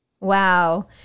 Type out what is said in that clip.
Wow